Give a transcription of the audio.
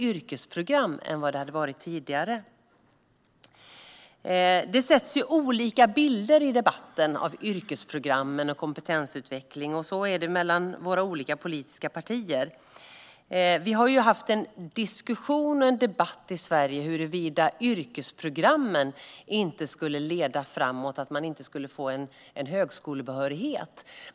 I debatten målar våra olika politiska partier upp olika bilder av yrkesprogrammen och kompetensutvecklingen. Det har förts en debatt i Sverige huruvida yrkesprogrammen inte skulle leda till högskolebehörighet.